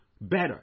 better